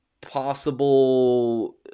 possible